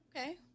Okay